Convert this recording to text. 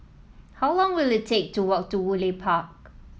how long will it take to walk to Woodleigh Park